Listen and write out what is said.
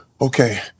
okay